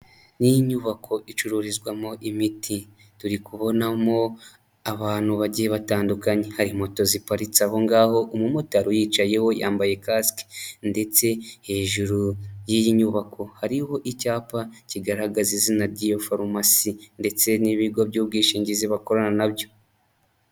Niyi nyubako icururizwamo imiti turi kubonamo abantu bagiye batandu hari moto ziparitse aho ngaho umumotari uyicayeho yambaye kasike ndetse hejuru y'iyi nyubako hariho icyapa kigaragaza izina ry'iyo farumasi ndetse n'ibigo by'ubwishingizi bakorana nabyo.